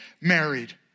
married